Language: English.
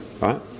right